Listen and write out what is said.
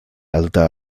alta